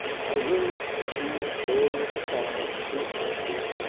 i will not pursue the story of the fire to its ashes,